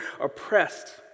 oppressed